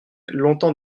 longtemps